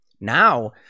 Now